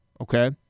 okay